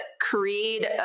create